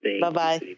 Bye-bye